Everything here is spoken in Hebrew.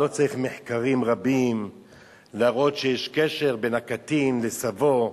לא צריך מחקרים רבים להראות שיש קשר בין הקטין לסבו.